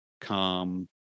calm